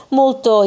molto